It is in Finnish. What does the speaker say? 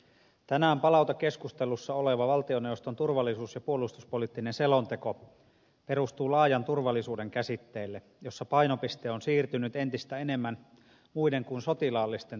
tänään palautekeskustelussa oleva valtioneuvoston turvallisuus ja puolustuspoliittinen selonteko perustuu laajan turvallisuuden käsitteelle jossa painopiste on siirtynyt entistä enemmän muiden kuin sotilaallisten turvallisuusuhkien käsittelyyn